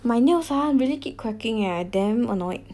my nails ah really keep cracking eh I damn annoyed